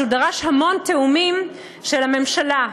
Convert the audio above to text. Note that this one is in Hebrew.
שדרש המון תיאומים של הממשלה,